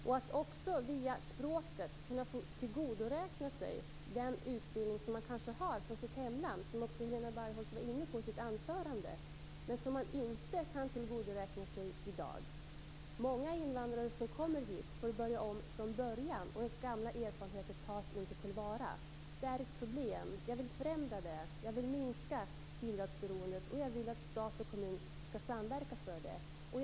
Man skall också via språket kunna tillgodoräkna sig den utbildning som man kanske har från sitt hemland - vilket också Helena Bargholtz var inne på i sitt anförande - men som man inte kan tillgodoräkna sig i dag. Många invandrare som kommer hit får börja om från början och deras gamla erfarenheter tas inte till vara. Det är ett problem, och här vill jag genomföra en förändring. Jag vill minska bidragsberoendet, och jag vill att stat och kommun skall samverka i den riktningen.